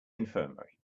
infirmary